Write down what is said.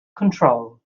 control